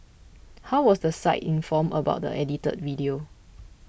how was the site informed about the edited video